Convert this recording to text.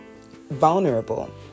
vulnerable